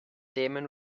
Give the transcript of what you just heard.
denim